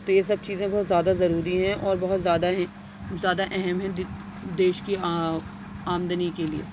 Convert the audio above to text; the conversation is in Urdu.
تو یہ سب چیزیں بہت زیادہ ضروری ہیں اور بہت زیادہ ہیں زیادہ اہم ہیں دیش کی آمدنی کے لئے